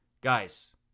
guys